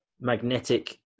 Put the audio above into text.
magnetic